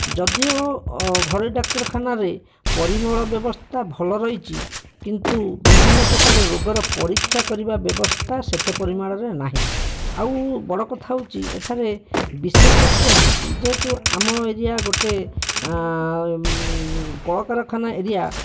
ଯଦିଓ ଘରୋଇ ଡାକ୍ତରଖାନାରେ ପରିମଳ ବ୍ୟବସ୍ଥା ଭଲ ରହିଛି କିନ୍ତୁ ବିଭିନ୍ନପ୍ରକାର ରୋଗର ପରୀକ୍ଷା କରିବା ବ୍ୟବସ୍ଥା ସେତେ ପରିମାଣରେ ନାହିଁ ଆଉ ବଡ଼ କଥା ହଉଛି ଏଠାରେ ବିଶେଷଜ୍ଞ ନାହାନ୍ତି ଯେହେତୁ ଆମ ଏରିଆ ଗୋଟେ କଳକାରଖାନା ଏରିଆ